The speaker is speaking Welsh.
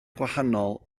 gwahanol